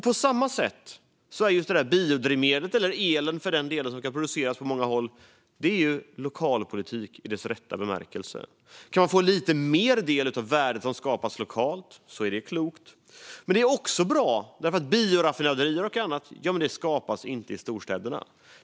På samma sätt utgör det där biodrivmedlet, eller för den delen elen, som ska produceras på många håll i landet lokalpolitik i ordets rätta bemärkelse. Kan man få en lite större del av det värde som skapas lokalt är det klokt, men det är också bra eftersom bioraffinaderier och annat inte skapas i storstäderna.